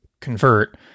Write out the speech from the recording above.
convert